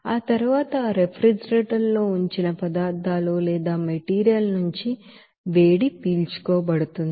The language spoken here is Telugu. ఆ తర్వాత ఆ రిఫ్రిజిరేటర్ లో ఉంచిన పదార్థాలు లేదా మెటీరియల్ నుంచి వేడి పీల్చుకోబడుతుంది